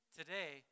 Today